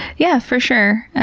yeah, for sure,